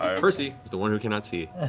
um percy is the one who cannot see.